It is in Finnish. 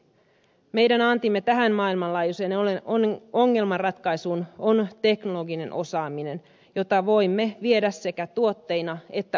meidän antimme tähän maailmalla ei siinä ole on maailmanlaajuiseen ongelmanratkaisuun on teknologinen osaaminen jota voimme viedä sekä tuotteina että osaamisena